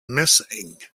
missing